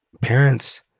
parents